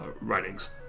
writings